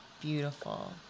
beautiful